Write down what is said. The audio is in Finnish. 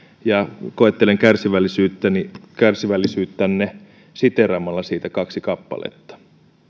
ja koettelen kärsivällisyyttänne kärsivällisyyttänne siteeraamalla siitä kaksi kappaletta